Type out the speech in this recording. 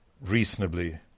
reasonably